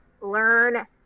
learn—